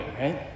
right